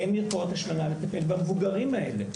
אין מרפאות השמנה לטפל במבוגרים האלה.